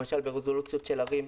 למשל ברזולוציות של ערים,